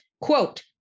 quote